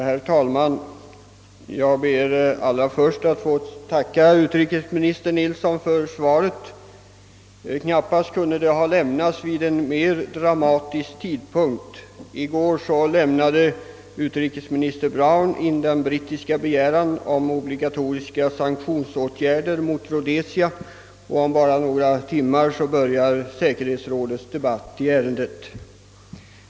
Herr talman! Allra först ber jag att få tacka utrikesministern för svaret på min interpellation. Det kunde knappast ha lämnats vid en mer dramatisk tidpunkt. I går avlämnade utrikesminister Brown Storbritanniens begäran om obligatoriska sanktionsåtgärder mot Rhodesia, och om bara några timmar börjar säkerhetsrådets debatt i ärendet.